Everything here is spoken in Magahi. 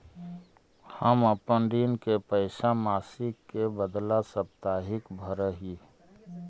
हम अपन ऋण के पैसा मासिक के बदला साप्ताहिक भरअ ही